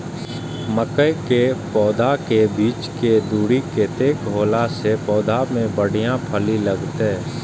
मके के पौधा के बीच के दूरी कतेक होला से पौधा में बढ़िया फली लगते?